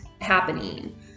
happening